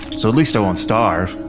so at least i won't starve.